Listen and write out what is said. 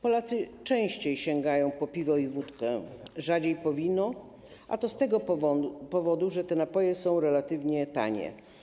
Polacy częściej sięgają po piwo i wódkę, rzadziej po wino, a to z tego powodu, że te napoje są relatywnie tanie.